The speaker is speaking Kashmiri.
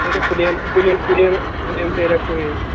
تۄہہِ اگر پُلین پُلین پُلین پُلین سیرِ آسنو تۄہہِ ہٮ۪نۍ